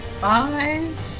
five